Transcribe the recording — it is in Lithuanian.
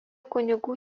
kunigų